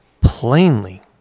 plainly